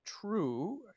true